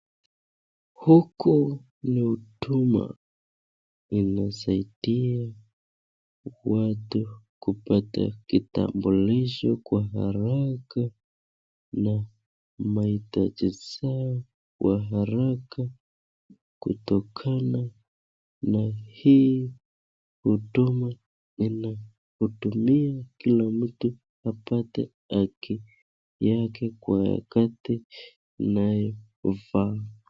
Huku ni huduma inasaida watu kupata kitambulisho kwa haraka na mahitaji zao kwa haraka kutokana na hii huduma inahudumia kila mtu apate haki yake kwa wakati inayofaa.